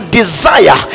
desire